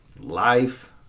life